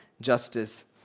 justice